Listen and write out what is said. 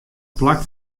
plak